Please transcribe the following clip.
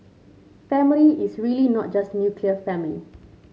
family is really not just nuclear family